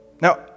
Now